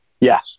Yes